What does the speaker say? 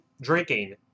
drinking